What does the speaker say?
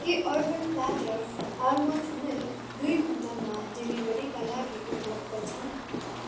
के Urban Platter almond milk दुई घन्टामा डेलिभरीका लागि उपलब्ध छन्